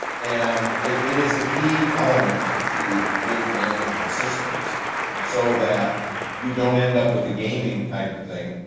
and it it is a key element to good management systems so that you don't end up with the gaming type of thing.